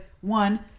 one